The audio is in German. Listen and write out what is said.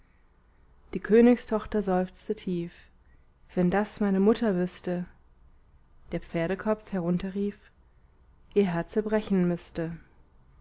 die königstochter seufzte tief wenn das meine mutter wüßte der pferdekopf herunterrief ihr herze brechen müßte